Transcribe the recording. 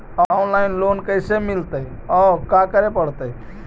Online loan कैसे मिलतै औ का करे पड़तै?